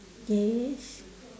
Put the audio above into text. yes